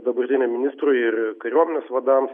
dabartiniam ministrui ir kariuomenės vadams